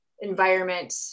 environment